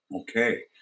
Okay